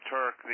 Turk